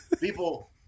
people